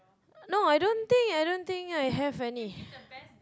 no I don't think I don't think I have any